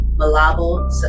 Malabo